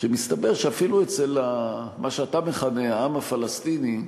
שמסתבר שאפילו אצל מה שאתה מכנה "העם הפלסטיני"